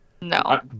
No